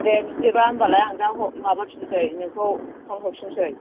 दे बिदिबा होमबालाय आं दा ह माबाफिनसै नोंखौ फन हरफिनसै